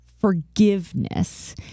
forgiveness